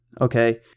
Okay